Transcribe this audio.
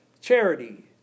charity